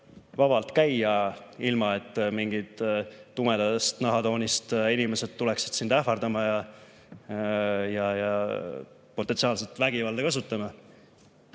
vabalt käia, ilma et mingid tumeda nahatooniga inimesed tuleksid sind ähvardama ja potentsiaalselt vägivalda kasutama,